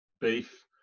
beef